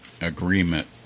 agreement